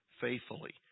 faithfully